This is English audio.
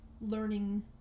learning